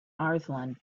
arslan